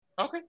Okay